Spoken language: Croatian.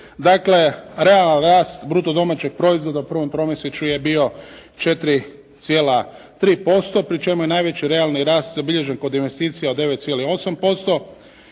Dakle realan rast bruto domaćeg proizvoda u prvom tromjesječju je bio 4,3% pri čemu je najveći realni rast zabilježen kod investicija od 9,8%.